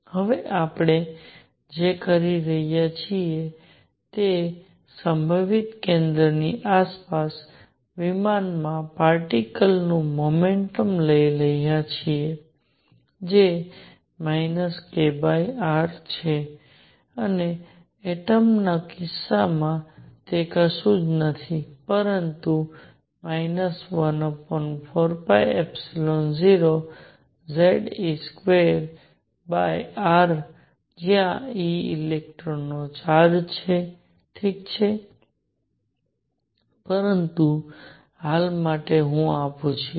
હવે આપણે જે કરી રહ્યા છીએ તે સંભવિત કેન્દ્ર ની આસપાસ વિમાનમાં પાર્ટીકલ નું મોમેન્ટમ લઈ રહ્યા છીએ જે kr છે અને એટમ્સનો કિસ્સો તે કશું જ નથી પરંતુ 140Ze2r જ્યાં e ઇલેક્ટ્રોન નો ચાર્જ છે ઠીક છે પરંતુ હાલ માટે હું આ પૂછીશ